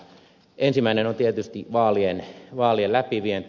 ensimmäinen on tietysti vaalien läpivienti